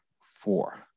four